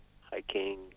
hiking